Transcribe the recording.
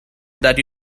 that